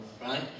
right